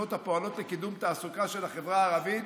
הפועלים לקידום תעסוקה של החברה הערבית,